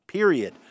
Period